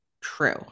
true